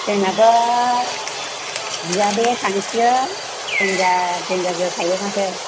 जोंनाथ' बियादैआ थांसिगोन देनजार देनजार जोखायो माथो